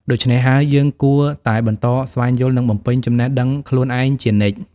ដូច្នេះហើយ យើងគួរតែបន្តស្វែងយល់ និងបំពេញចំណេះដឹងខ្លួនឯងជានិច្ច។